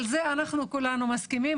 על זה אנחנו כולנו מסכימים,